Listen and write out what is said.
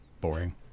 Boring